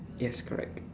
yes correct